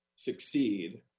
succeed